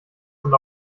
und